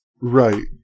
Right